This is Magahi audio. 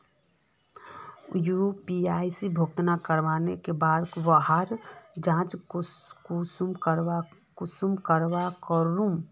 यु.पी.आई भुगतान करवार बाद वहार जाँच कुंसम करे करूम?